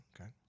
Okay